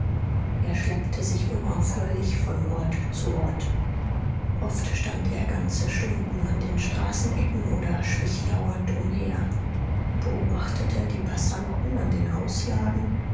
er schleppte sich unaufhörlich von ort zu ort oft stand er ganze stunden an den straßenecken oder schlich lauernd umher beobachtete die passanten an den auslagen